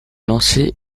lancée